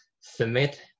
submit